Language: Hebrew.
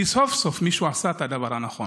כי סוף-סוף מישהו עשה את הדבר הנכון.